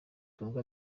kundwa